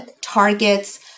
targets